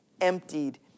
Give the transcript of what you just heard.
emptied